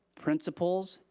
principals,